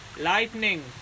Lightning